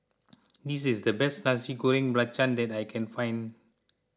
this is the best Nasi Goreng Belacan that I can find